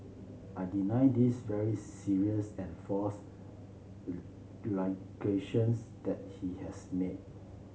I deny this very serious and false allegations that he has made